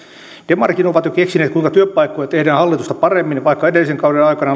demaritkin ovat jo keksineet kuinka työpaikkoja tehdään hallitusta paremmin vaikka edellisen kauden aikana